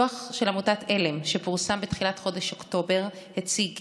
דוח של עמותת עלם שפורסם בתחילת חודש אוקטובר הציג כי